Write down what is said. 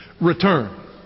Return